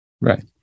Right